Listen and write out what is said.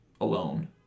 alone